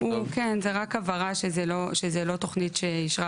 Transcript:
זו רק הבהרה שזו לא תוכניית שאישרה